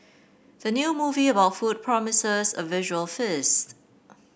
the new movie about food promises a visual feast